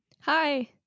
Hi